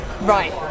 right